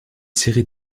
série